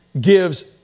gives